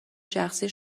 شخصی